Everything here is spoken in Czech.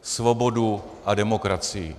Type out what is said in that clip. Svobodu a demokracii.